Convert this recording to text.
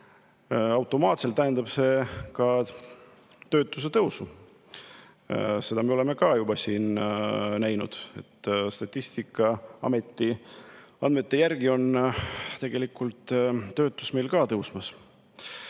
Automaatselt tähendab see ka töötuse tõusu. Seda me oleme ka juba näinud, et Statistikaameti andmete järgi on tegelikult töötus meil tõusmas.